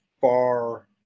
far